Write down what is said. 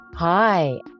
Hi